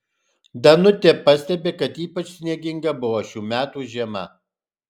danutė pastebi kad ypač snieginga buvo šių metų žiema